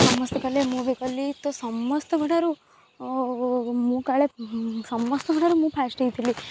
ସମସ୍ତେ କଲେ ମୁଁ ବି କଲି ତ ସମସ୍ତଙ୍କ ଠାରୁ ମୁଁ କାଳେ ସମସ୍ତଙ୍କଠାରୁ ମୁଁ ଫାଷ୍ଟ ହେଇଥିଲି